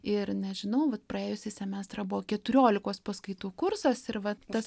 ir nežinau vat praėjusį semestrą buvo keturiolikos paskaitų kursas ir vat tas